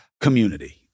community